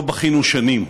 לא בכינו שנים.